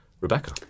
Rebecca